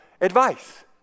advice